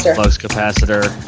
so flux capacitor.